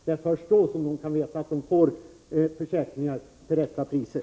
Det är först då de kan veta att de får försäkringar till rätta priser.